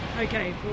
Okay